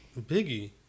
Biggie